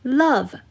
love